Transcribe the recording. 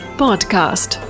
podcast